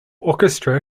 orchestra